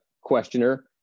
questioner